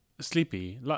sleepy